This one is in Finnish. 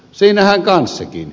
siinähän kanssakin